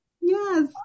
yes